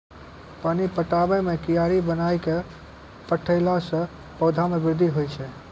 पानी पटाबै मे कियारी बनाय कै पठैला से पौधा मे बृद्धि होय छै?